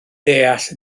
ddeall